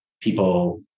people